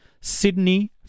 Sydney